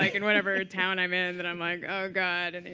like in whatever town i'm in, that i'm like, oh god.